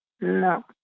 No